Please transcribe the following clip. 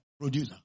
producer